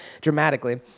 dramatically